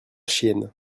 chiennes